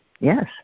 Yes